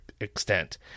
extent